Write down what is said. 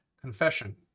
Confession